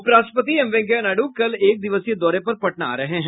उपराष्ट्रपति एम वेंकैया नायड् कल एक दिवसीय दौरे पर पटना आ रहे हैं